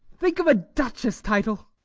think of a duchess' title.